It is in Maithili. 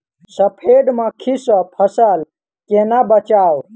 सफेद मक्खी सँ फसल केना बचाऊ?